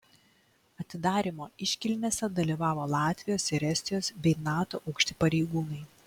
atidarymo iškilmėse dalyvavo latvijos ir estijos bei nato aukšti pareigūnai